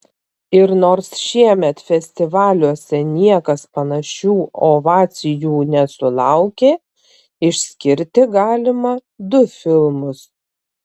ir nors šiemet festivaliuose niekas panašių ovacijų nesulaukė išskirti galima du filmus